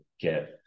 get